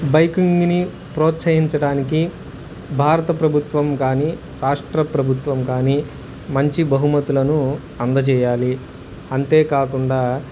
బైకింగ్ని ప్రోత్సహించడానికి భారత ప్రభుత్వం కానీ రాష్ట్ర ప్రభుత్వం కానీ మంచి బహుమతులను అందజేయాలి అంతేకాకుండా